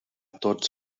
tots